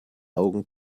augen